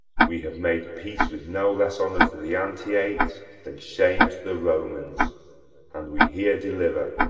we have made peace with no less honour to the antiates than shame to the romans and we here deliver,